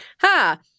ha